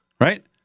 Right